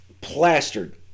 plastered